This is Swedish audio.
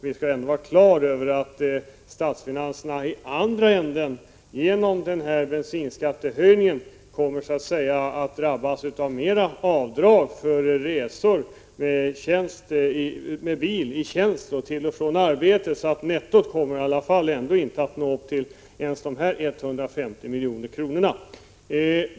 Vi skall ändå ha klart för oss att statsfinanserna i andra änden, genom bensinskattehöjningen, kommer att drabbas av mer avdrag, t.ex. för resor med bil i tjänsten och till och från arbetet, så att nettot kommer i alla fall inte att nå upp till ens dessa 150 milj.kr.